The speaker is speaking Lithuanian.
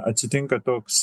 atsitinka toks